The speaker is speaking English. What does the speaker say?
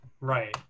Right